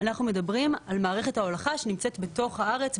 אנחנו מדברים על מערכת ההולכה שנמצאת בתוך הארץ,